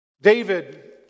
David